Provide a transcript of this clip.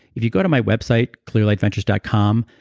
if you go to my website clearlightventures dot com,